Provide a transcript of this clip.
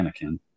Anakin